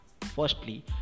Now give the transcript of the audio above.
Firstly